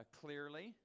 clearly